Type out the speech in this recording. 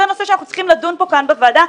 זה נושא שאנחנו צריכים לדון בו כאן בוועדה,